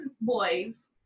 boys